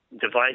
device